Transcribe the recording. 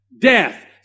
Death